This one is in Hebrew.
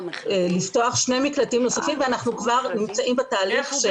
לפתוח שני מקלטים נוספים ואנחנו כבר נמצאים בתהליך של בחירת העמותות.